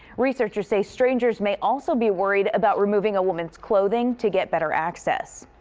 researchers say strangers may also be worried about removing a woman's clothing to get better access.